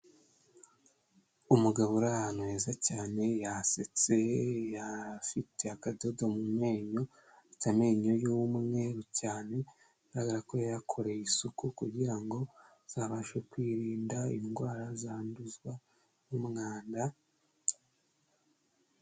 Umugabo uri ahantu heza cyane yasetse afite akadodo mu menyo, afite amenyo y'umweru cyane bigaragara ko yayakoreye isuku kugira ngo azabashe kwirinda indwara zanduzwa n'umwanda.